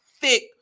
thick